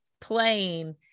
playing